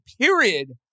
period